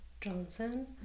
Johnson